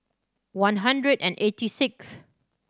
one hundred and eighty sixth